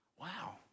Wow